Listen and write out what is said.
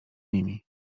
nimi